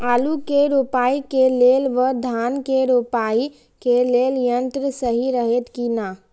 आलु के रोपाई के लेल व धान के रोपाई के लेल यन्त्र सहि रहैत कि ना?